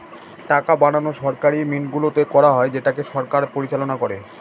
টাকা বানানো সরকারি মিন্টগুলোতে করা হয় যেটাকে সরকার পরিচালনা করে